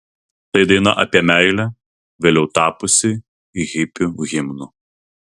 tai daina apie meilę vėliau tapusi hipių himnu